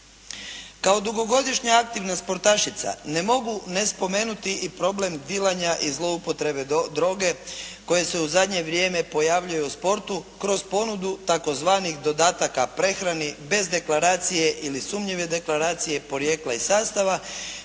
Kao dugogodišnja aktivna sportašica ne mogu ne spomenuti i problem dilanja i zloupotrebe droge koje se u zadnje vrijeme pojavljuje u sportu kroz ponudu tzv. dodataka prehrani bez deklaracije ili sumnjive deklaracije porijekla i sastava